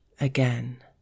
Again